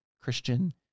Christian